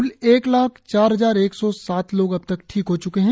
क्ल एक लाख चार हजार एक सौ सात लोग अबतक ठीक हो च्के है